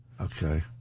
Okay